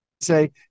say